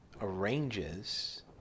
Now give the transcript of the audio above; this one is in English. arranges